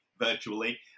virtually